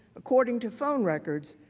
according to phone records,